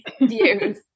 views